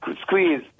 Squeeze